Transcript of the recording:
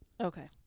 Okay